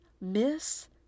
Miss